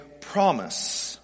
promise